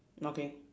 okay